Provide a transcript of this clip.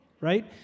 right